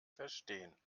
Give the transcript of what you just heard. verstehen